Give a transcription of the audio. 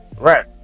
Right